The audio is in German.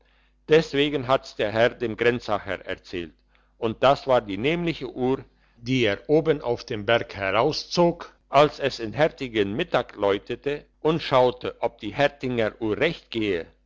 deswegen hat's der herr dem grenzacher erzählt und das war die nämliche uhr die er oben auf dem berg herauszog als es in hertingen mittag läutete und schaute ob die hertinger uhr recht geht